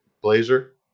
blazer